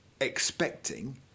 expecting